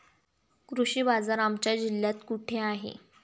कृषी बाजार आमच्या जिल्ह्यात कुठे आहे?